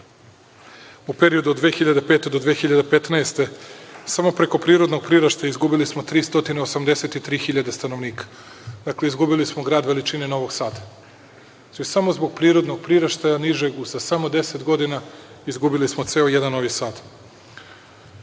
U periodu od 2005. do 2015. godine, samo preko prirodnog priraštaja izgubili smo 383.000 stanovnika. Dakle, izgubili smo grad veličine Novog Sada. To je samo zbog prirodnog priraštaja nižeg. Za samo 10 godina izgubili smo ceo jedan Novi Sad.